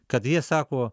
kad jie sako